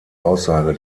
aussage